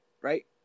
right